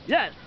Yes